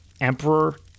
emperor